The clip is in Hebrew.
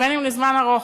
ובין אם לזמן ארוך,